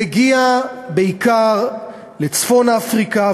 מגיע בעיקר לצפון-אפריקה,